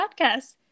podcast